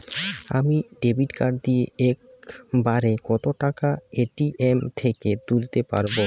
আমি debit card দিয়ে এক বারে কত টাকা এ.টি.এম থেকে তুলতে পারবো?